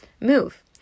Move